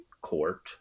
court